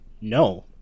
no